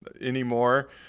anymore